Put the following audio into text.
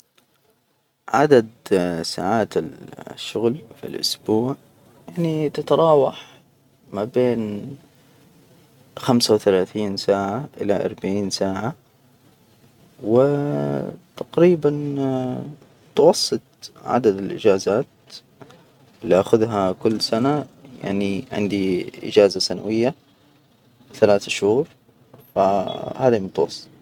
عدد ساعات الشغل في الأسبوع يعني تتراوح ما بين، خمسة وثلاثين ساعة إلى اربعين ساعة، و تقريبا، متوسط عدد الإجازات، ال آخذها كل سنة، يعني عندي إجازة سنوية، ثلاث شهور ف. هذي متوسط.